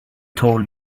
told